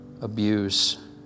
abuse